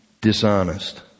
dishonest